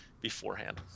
beforehand